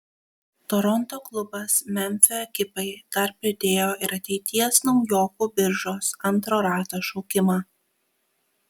toronto klubas memfio ekipai dar pridėjo ir ateities naujokų biržos antro rato šaukimą